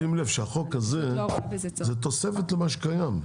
שים לב שהחוק הזה הוא תוספת למה שקיים.